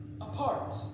apart